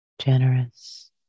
Generous